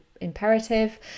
imperative